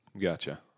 Gotcha